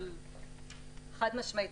חד-משמעית,